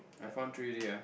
I found three already ya